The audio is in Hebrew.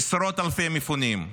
עשרות אלפי מפונים,